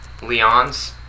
Leons